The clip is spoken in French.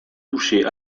touché